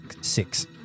Six